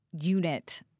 unit